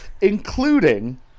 including